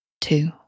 two